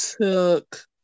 took